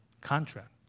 contract